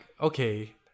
okay